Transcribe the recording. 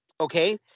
Okay